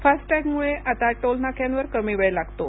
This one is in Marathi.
फास्टॅगमुळे आता टोलनाक्यांवर कमी वेळ लागतो